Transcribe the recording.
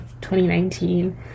2019